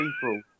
people